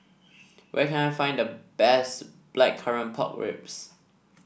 where can I find the best Blackcurrant Pork Ribs